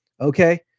okay